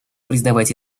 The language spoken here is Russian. признавать